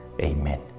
Amen